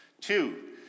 Two